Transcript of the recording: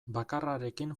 bakarrarekin